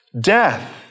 death